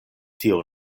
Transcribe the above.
tio